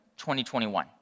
2021